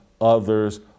others